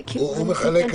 קצר.